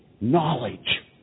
knowledge